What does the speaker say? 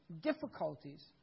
difficulties